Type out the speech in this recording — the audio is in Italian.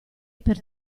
per